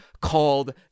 called